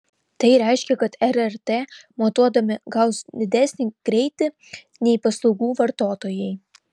tai reiškia kad rrt matuodami gaus didesnį greitį nei paslaugų vartotojai